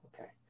okay